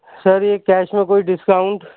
سر یہ کیش میں کوئی ڈسکاؤنٹ